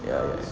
ya